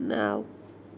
نَو